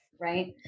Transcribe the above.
right